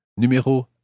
Numéro